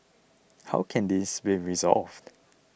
how can this be resolved